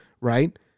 right